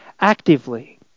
actively